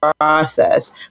process